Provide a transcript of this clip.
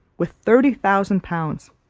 with thirty thousand pounds.